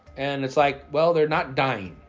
and it's like, well, they're not dying.